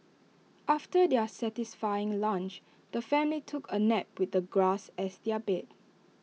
after their satisfying lunch the family took A nap with the grass as their bed